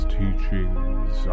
teachings